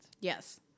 Yes